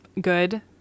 good